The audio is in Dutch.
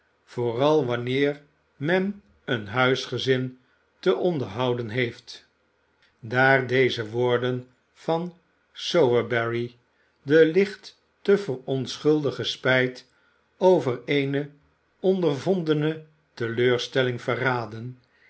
vooral wanneer men een huisgezin te onderhouden heeft daar deze woorden van sowerberry de licht te verontschuldigen spijt over eene ondervondene teleurstelling verraadden